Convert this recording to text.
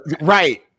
Right